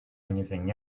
anything